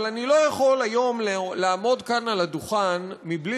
אבל אני לא יכול היום לעמוד כאן על הדוכן מבלי